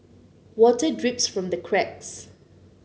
water drips from the cracks